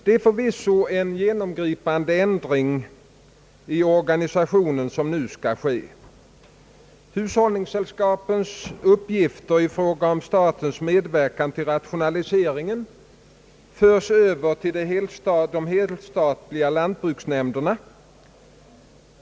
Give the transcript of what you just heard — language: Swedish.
Det är förvisso en genomgripande ändring i organisationen som nu skall ske. Hushållningssällskapens uppgifter i fråga om statens medverkan till rationaliseringen förs över till de helstatliga lantbruksnämnderna.